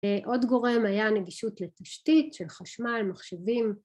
‫עוד גורם היה הנגישות לתשתית ‫של חשמל, מחשבים.